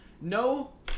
no